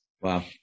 wow